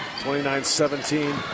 29-17